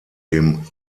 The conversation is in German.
dem